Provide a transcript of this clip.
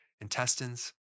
intestines